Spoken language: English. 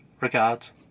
Regards